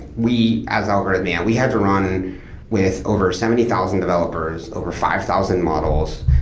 we as algorithmia, we had to run with over seventy thousand developers over five thousand models,